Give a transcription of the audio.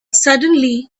suddenly